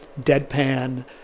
deadpan